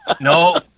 No